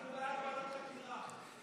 אנחנו בעד ועדת חקירה.